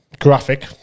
graphic